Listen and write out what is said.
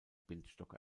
bildstock